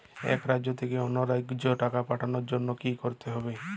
এক রাজ্য থেকে অন্য রাজ্যে টাকা পাঠানোর জন্য কী করতে হবে?